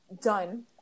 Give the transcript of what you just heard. done